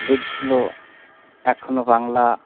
দিকগুলো এখনও বাংলা